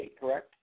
correct